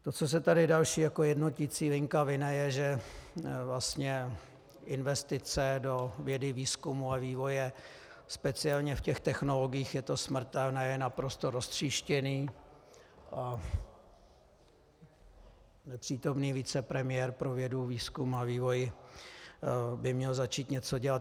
To, co se tady jako další jednoticí linka vine, je, že vlastně investice do vědy, výzkumu a vývoje speciálně v těch technologiích je to smrtelné, je naprosto roztříštěné, a nepřítomný vicepremiér pro vědu, výzkum a vývoj by měl začít něco dělat.